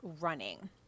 running